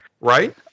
right